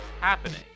happening